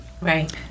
right